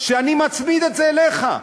שאני מצמיד את זה אליך.